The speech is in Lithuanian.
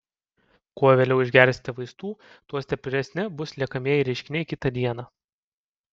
kuo vėliau išgersite vaistų tuo stipresni bus liekamieji reiškiniai kitą dieną